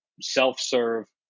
self-serve